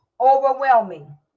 overwhelming